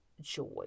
joy